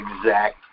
exact